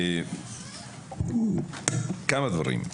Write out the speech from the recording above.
כמה דברים: